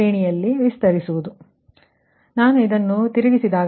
ಆದುದರಿಂದ ನಾನು ಇದನ್ನು ತಿರುಗಿಸಿದಾಗ